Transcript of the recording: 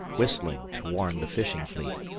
whistling to warn the fishing-fleet.